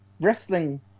wrestling